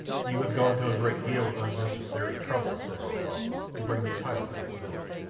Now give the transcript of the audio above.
you have gone to a great deal of unnecessary trouble, said rokoff, to bring the child to this village.